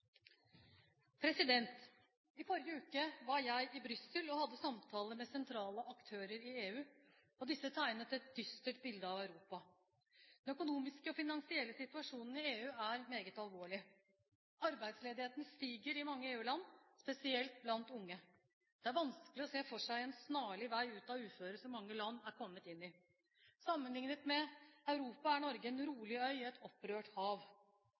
hadde samtaler med sentrale aktører i EU, og disse tegnet et dystert bilde av Europa. Den økonomiske og finansielle situasjonen i EU er meget alvorlig. Arbeidsledigheten stiger i mange EU-land, spesielt blant unge. Det er vanskelig å se for seg en snarlig vei ut av uføret som mange land er kommet i. Sammenliknet med Europa er Norge en rolig øy i et opprørt hav.